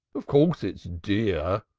of course it's dear,